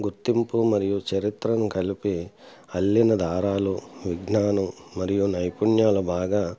గుర్తింపు మరియు చరిత్రను కలిపి అల్లిన దారాలు విజ్ఞానం మరియు నైపుణ్యాలు బాగా